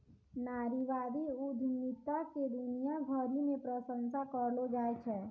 नारीवादी उद्यमिता के दुनिया भरी मे प्रशंसा करलो जाय छै